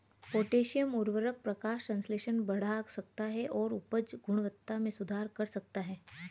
potassium उवर्रक प्रकाश संश्लेषण बढ़ा सकता है और उपज गुणवत्ता में सुधार कर सकता है